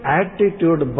attitude